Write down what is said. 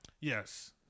Yes